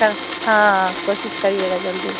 क हाँ हाँ कोशिश करिएगा जल्दी